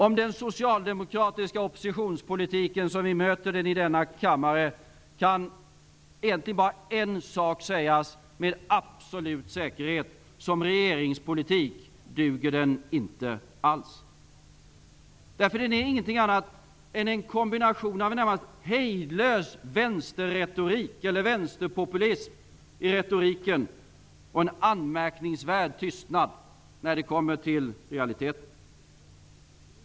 Om den socialdemokratiska oppositionspolitiken, som vi möter den i denna kammare, kan egentligen bara en sak sägas med absolut säkerhet: Som regeringspolitik duger den inte alls. Den är ingenting annat än en kombination av en närmast hejdlös vänsterpopulism i retoriken och en anmärkningsvärd tystnad när det kommer till realiteter.